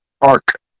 arc